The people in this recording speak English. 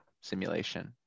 simulation